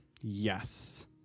Yes